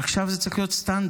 עכשיו זה צריך להיות סטנדרט.